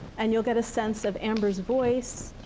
and you'll get a sense of amber's voice,